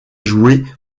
jouer